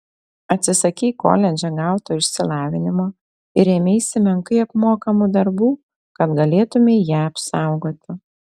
atsisakei koledže gauto išsilavinimo ir ėmeisi menkai apmokamų darbų kad galėtumei ją apsaugoti